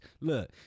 Look